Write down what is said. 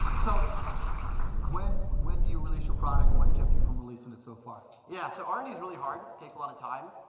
so when when do you release your product and what's kept you from releasing and it so far? yeah, so r and d's really hard, it takes a lotta time.